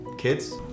Kids